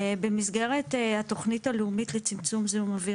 במסגרת התוכנית הלאומית לצמצום זיהום אוויר